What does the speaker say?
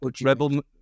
Rebel